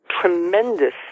tremendous